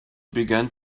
began